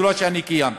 בשדולה שאני קיימתי.